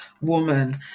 woman